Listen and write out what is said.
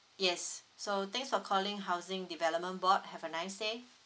yes so thanks for calling housing development board have a nice day